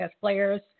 players